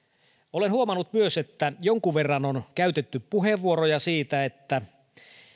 olen myös huomannut että jonkun verran on käytetty puheenvuoroja siitä että